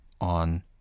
on